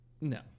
No